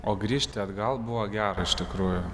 o grįžti atgal buvo gera iš tikrųjų